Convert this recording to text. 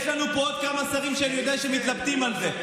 יש לנו פה עוד כמה שרים שאני יודע שמתלבטים על זה.